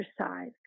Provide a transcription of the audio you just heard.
exercise